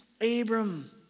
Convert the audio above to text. Abram